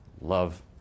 love